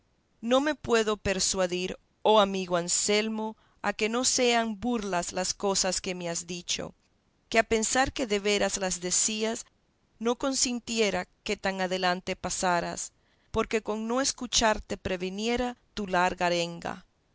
no me puedo persuadir oh amigo anselmo a que no sean burlas las cosas que me has dicho que a pensar que de veras las decías no consintiera que tan adelante pasaras porque con no escucharte previniera tu larga arenga